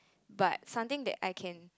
but something that I can